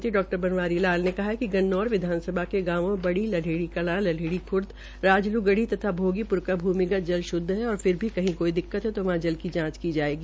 हरियाणा के सहकारिता मंत्री नवारी लाल ने कहा कि गन्नौर विधानसभा के गांवों ड़ी लल्हेड़ी कलां लल्हेड़ी खुर्द राजलू गढ़ी तथा भोगीपुर का भूमिगत जल शुद्व है फिर भी कहीं कोई दिक्कत है तो वहां जल की जांच की जाएगी